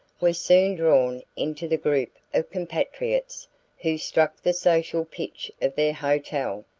was soon drawn into the group of compatriots who struck the social pitch of their hotel.